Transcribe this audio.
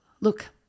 look